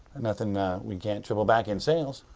nothing we can't triple back in sells.